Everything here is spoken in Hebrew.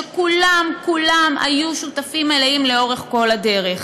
וכולם כולם היו שותפים מלאים לאורך כל הדרך.